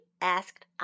asked